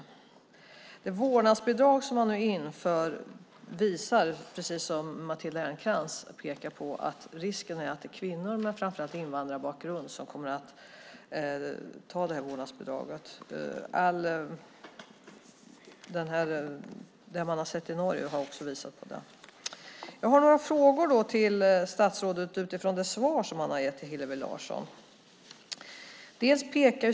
Det finns en risk för att det vårdnadsbidrag som man nu inför, precis som Matilda Ernkrans pekar på, kommer att gå till framför allt kvinnor med invandrarbakgrund. Det man har sett i Norge visar också på det. Jag har några frågor till statsrådet utifrån det svar som han har gett till Hillevi Larsson.